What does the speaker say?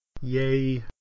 yay